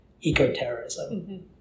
eco-terrorism